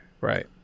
right